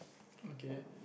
okay